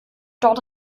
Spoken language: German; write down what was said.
dort